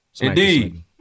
Indeed